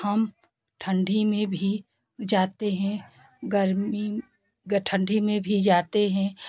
हम ठण्डी में भी जाते हैं गर्मी ठण्डी में भी जाते हें